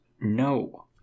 No